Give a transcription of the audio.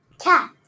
Cat